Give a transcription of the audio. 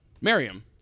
Miriam